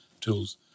tools